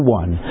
one